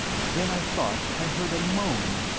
then i thought i heard a moan.